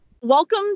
welcome